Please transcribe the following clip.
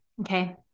Okay